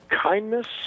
kindness